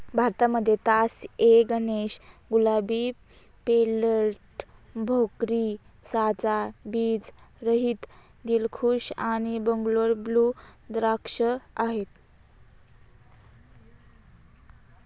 भारतामध्ये तास ए गणेश, गुलाबी, पेर्लेट, भोकरी, साजा, बीज रहित, दिलखुश आणि बंगलोर ब्लू द्राक्ष आहेत